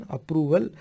Approval